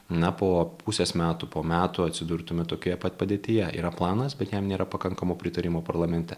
na po pusės metų po metų atsidurtume tokioje pat padėtyje yra planas bet jam nėra pakankamo pritarimo parlamente